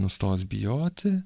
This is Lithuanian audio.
nustos bijoti